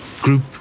Group